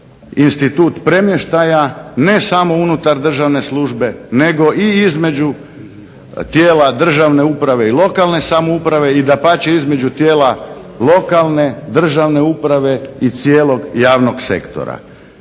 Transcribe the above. institut premještaja ne samo unutar državne službe nego i između tijela lokalne uprave i lokalne samouprave i dapače između tijela lokalne, državne uprave i cijelog javnog sektora,